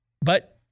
But-